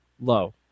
low